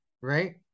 Right